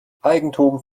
eigentum